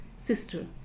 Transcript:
sister